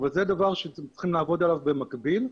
אבל זה דבר שצריך לעבוד עליו במקביל.